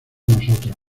nosotros